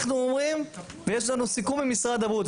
אנחנו אומרים ויש לנו סיכום עם משרד הבריאות,